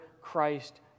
Christ